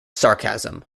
sarcasm